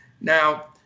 Now